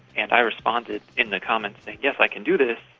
and i responded in the comments, yes, i can do this.